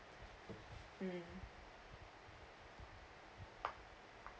mm